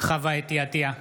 חוה אתי עטייה,